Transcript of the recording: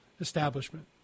establishment